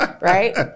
right